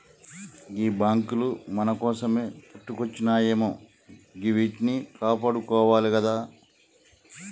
గీ బాంకులు మన కోసమే పుట్టుకొచ్జినయాయె గివ్విట్నీ కాపాడుకోవాలె గదా